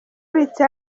abitse